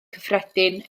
cyffredin